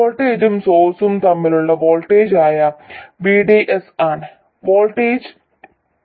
വോൾട്ടേജും സോഴ്സും തമ്മിലുള്ള വോൾട്ടേജായ VDS ആണ് വോൾട്ടേജ് V2